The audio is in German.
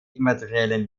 immateriellen